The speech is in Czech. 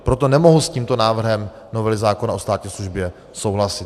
Proto nemohu s tímto návrhem novely zákona o státní službě souhlasit.